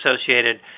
associated